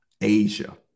Asia